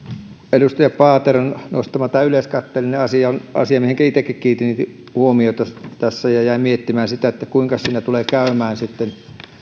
edustaja paateron esille nostama yleiskatteellinen rahoitus on asia mihinkä itsekin kiinnitin huomiota tässä jäin miettimään sitä että kuinka siinä tulee käymään sitten